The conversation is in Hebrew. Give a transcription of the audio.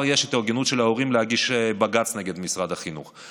כבר יש התארגנות של ההורים להגיש בג"ץ נגד משרד החינוך,